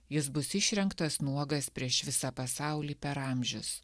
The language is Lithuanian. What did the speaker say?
jis bus išrengtas nuogas prieš visą pasaulį per amžius